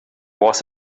was